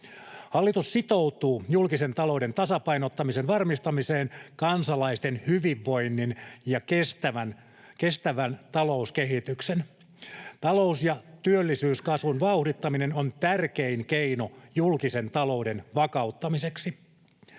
Hallitus sitoutuu julkisen talouden tasapainottamiseen varmistaakseen kansalaisten hyvinvoinnin ja kestävän talouskehityksen. Talous- ja työllisyyskasvun vauhdittaminen on tärkein keino julkisen talouden vakauttamiseksi.